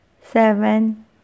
seven